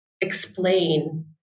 explain